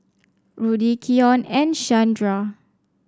Rudy Keion and Shandra